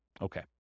Okay